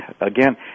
again